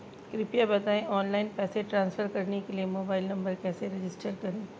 कृपया बताएं ऑनलाइन पैसे ट्रांसफर करने के लिए मोबाइल नंबर कैसे रजिस्टर करें?